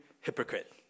hypocrite